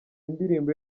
indirimbo